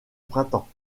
printemps